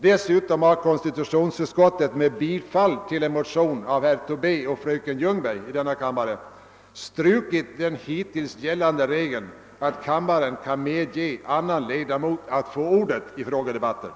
Dessutom har konstitutionsutskottet — med bifall till en motion av herr Tobé och fröken Ljungberg i denna kammare — strukit den hittills gällande regeln att kammaren kan medge annan ledamot att få ordet i frågedebatter.